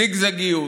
זיגזגיות,